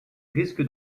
risque